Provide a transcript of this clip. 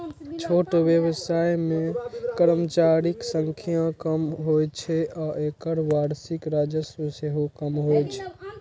छोट व्यवसाय मे कर्मचारीक संख्या कम होइ छै आ एकर वार्षिक राजस्व सेहो कम होइ छै